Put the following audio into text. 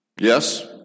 Yes